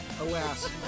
alas